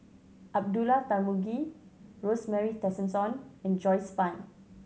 Abdullah Tarmugi Rosemary Tessensohn and Joyce Fan